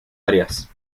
arias